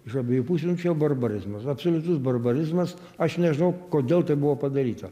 iš abiejų pusių nu čia jau barbarizmas absoliutus barbarizmas aš nežinau kodėl buvo padaryta